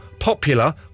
popular